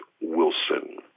Wilson